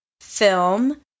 film